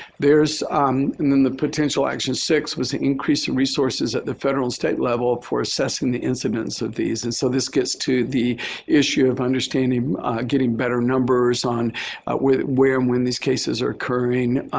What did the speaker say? there's and then the potential action six was to increase and resources at the federal state level for assessing the incidence of these. and so this gets to the issue of understanding getting better numbers on where where and when these cases are occurring,